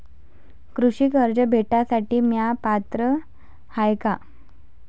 कृषी कर्ज भेटासाठी म्या पात्र हाय का?